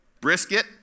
Brisket